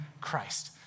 Christ